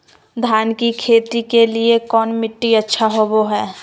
धान की खेती के लिए कौन मिट्टी अच्छा होबो है?